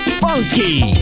funky